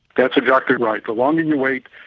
that's exactly right, the longer you wait,